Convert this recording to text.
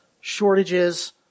shortages